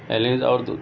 aliens اور دو